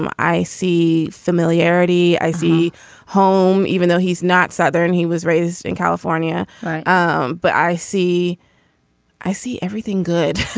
um i see familiarity. i see home even though he's not sat there and he was raised in california um but i see i see everything good